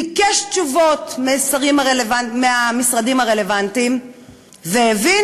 ביקש תשובות מהמשרדים הרלוונטיים והבין